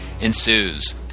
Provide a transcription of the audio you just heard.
ensues